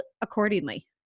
accordingly